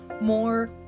more